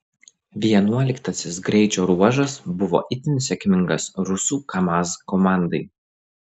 vienuoliktasis greičio ruožas buvo itin sėkmingas rusų kamaz komandai